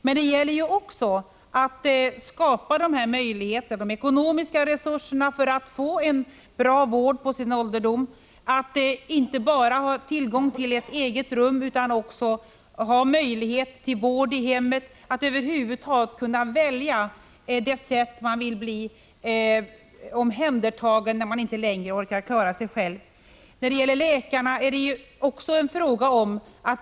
Men det gäller också att skapa de ekonomiska resurserna för att man skall kunna få en bra vård på sin ålderdom. Det gäller inte bara rätten till eget rum utan också rätten till vård i hemmet och över huvud taget rätten att välja det sätt på vilket man vill bli omhändertagen när man inte längre orkar själv.